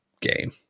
game